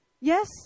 Yes